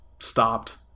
stopped